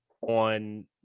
on